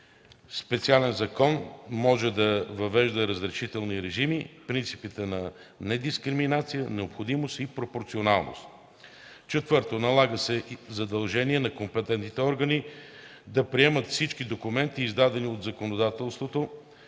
специален закон може да въвежда разрешителен режим – принципите на недискриминация, необходимост и пропорционалност. 4. Налага се задължение на компетентните органи да приемат всички документи, издадени по законодателството